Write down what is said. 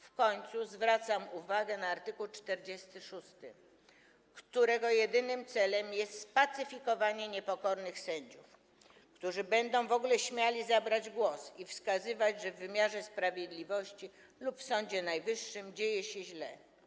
W końcu zwracam uwagę na art. 46, którego jedynym celem jest spacyfikowanie niepokornych sędziów, którzy będą w ogóle śmieli zabrać głos i wskazywać, że w wymiarze sprawiedliwości lub w Sądzie Najwyższym dzieje się źle.